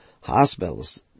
hospitals